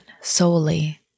solely